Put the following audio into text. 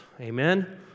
Amen